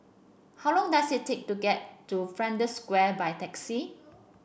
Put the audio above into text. how long does it take to get to Flanders Square by taxi